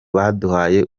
baduhaye